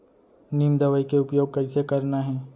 नीम दवई के उपयोग कइसे करना है?